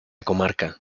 comarca